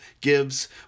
gives